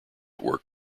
work